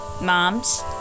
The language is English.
mom's